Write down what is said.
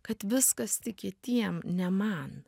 kad viskas tik kitiem ne man